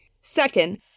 Second